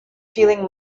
feeling